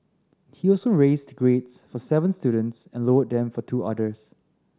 he also raised grades for seven students and lowered them for two others